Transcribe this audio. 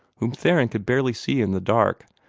whom theron could barely see in the dark,